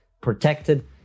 protected